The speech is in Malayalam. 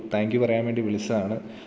താങ്ക് യു പറയാൻ വേണ്ടി വിളിച്ചതാണ്